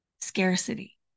scarcity